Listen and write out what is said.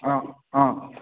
অ' অ'